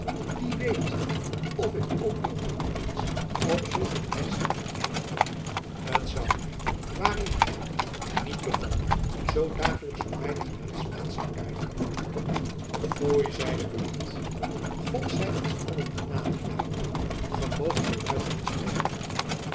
wie weet of ik ook nog niet eens op zulk een wijs aan mijn eind kom t zoû my ware ik hem niet bevallen zoo dagelijks voorby de gerichtsplaats te kuieren foei zeide buat god zy ons allen genadig jakob gy moogt zoo luid niet spreken